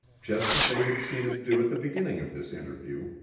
just as they had seen it do at the beginning of this interview,